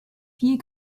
viel